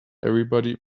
everybody